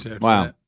wow